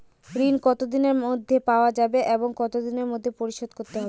ঋণ কতদিনের মধ্যে পাওয়া যাবে এবং কত দিনের মধ্যে পরিশোধ করতে হবে?